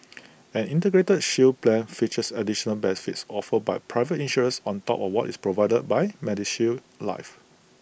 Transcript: an integrated shield plan features additional benefits offered by private insurers on top of what is provided by medishield life